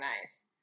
nice